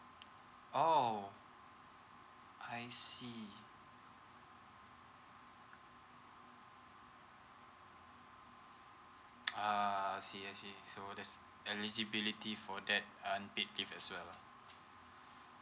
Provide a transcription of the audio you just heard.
orh I see ah I see I see so that's eligibility for that unpaid leave as well